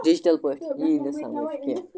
digital پٲٹھۍ یی نہٕ سمجھ کیٚنٛہہ